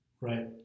Right